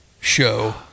show